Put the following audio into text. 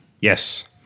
Yes